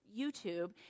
YouTube